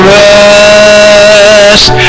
rest